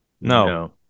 No